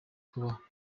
kubaho